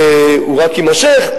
הוא רק יימשך,